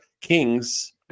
Kings